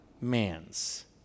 man's